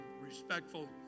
respectful